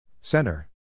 Center